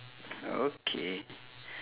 okay